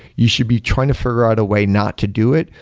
you should be trying to figure out a way not to do it,